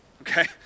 Okay